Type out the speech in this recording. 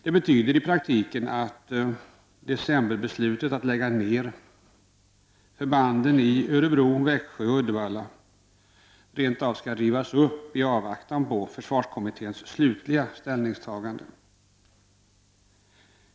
Det betyder i praktiken att decemberbeslutet att lägga ned förbanden i Örebro, Växjö och Uddevalla rent av skall rivas upp i avvaktan på försvarskommitténs slutliga ställningstagande.